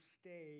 stay